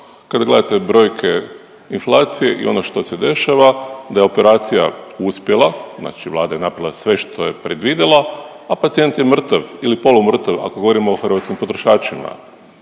kada gledate brojke inflacije i ono što se dešava da je operacija uspjela, znači Vlada je napravila sve što je predvidjela, a pacijent je mrtav ili polumrtav ako govorimo o hrvatskim potrošačima.